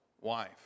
wife